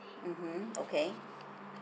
mmhmm okay